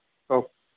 কওক